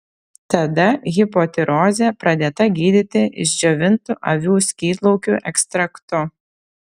tada hipotirozė pradėta gydyti išdžiovintu avių skydliaukių ekstraktu